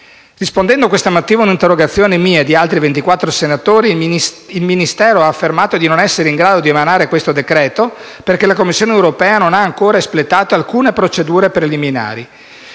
Rispondendo questa mattina a un'interrogazione presentata da me e da altri ventiquattro senatori, il Ministero ha affermato di non essere in grado di emanare questo decreto, perché la Commissione europea non ha ancora espletato alcune procedure preliminari.